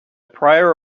prior